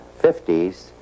50s